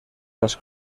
las